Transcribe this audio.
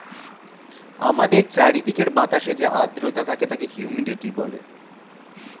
আমাদের চারিদিকের বাতাসে যে আর্দ্রতা থাকে তাকে হিউমিডিটি বলে